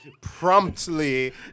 Promptly